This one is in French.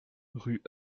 rue